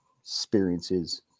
experiences